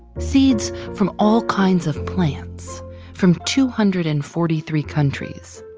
seeds from all kinds of plants from two hundred and forty three countries.